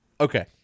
Okay